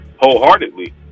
wholeheartedly